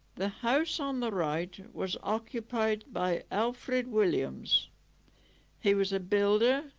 the house on the right was occupied by alfred williams he was a builder,